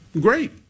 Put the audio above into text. great